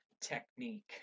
technique